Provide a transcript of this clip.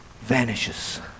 vanishes